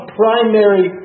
primary